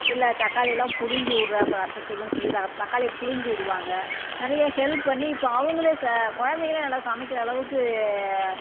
இல்லை தக்காளிலாம் புலிஞ்சி விட்றேன் இப்போ ரசத்துக்குன்னு சொல்லி ர தக்காளியை புலிஞ்சி விடுவாங்க நிறையா ஹெல்ப் பண்ணி இப்போ அவங்களே ச குழந்தைங்களே நல்லா சமைக்கின்ற அளவுக்கு